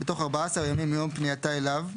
בתוך 14 ימים מיום פנייתה אליו,